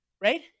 Right